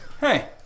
Hey